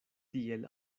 tiel